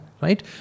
right